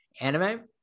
Anime